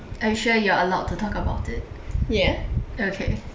are you sure you are allowed to talk about it okay